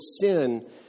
sin